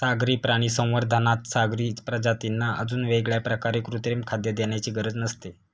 सागरी प्राणी संवर्धनात सागरी प्रजातींना अजून वेगळ्या प्रकारे कृत्रिम खाद्य देण्याची गरज नसते